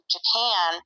Japan